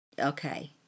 Okay